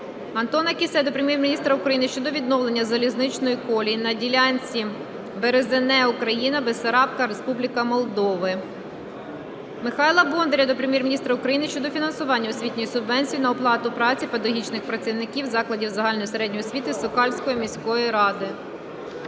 Антона Кіссе до Прем'єр-міністра України щодо відновлення залізничної колії на ділянці Березине (Україна) – Басарабяска (Республіка Молдова). Михайла Бондаря до Прем'єр-міністра України щодо фінансування освітньої субвенції на оплату праці педагогічних працівників закладів загальної середньої освіти Сокальської міської ради.